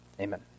Amen